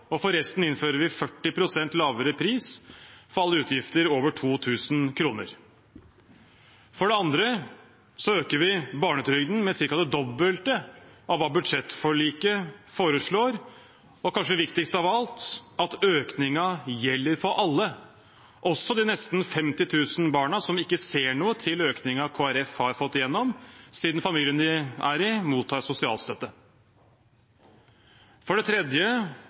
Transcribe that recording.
og for resten innfører vi 40 pst. lavere pris for alle utgifter over 2 000 kr. For det andre øker vi barnetrygden med ca. det dobbelte av hva budsjettforliket foreslår, og kanskje viktigst av alt: Økningen gjelder for alle, også de nesten 50 000 barna som ikke ser noe til økningen Kristelig Folkeparti har fått gjennom, siden familien de er i, mottar sosialstøtte. For det tredje